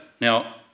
Now